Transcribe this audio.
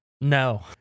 No